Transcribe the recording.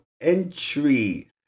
entry